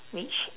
which